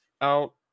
out